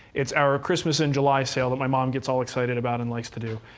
it's our christmas-in-july sale that my mom gets all excited about and likes to do.